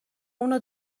اونو